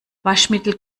waschmittel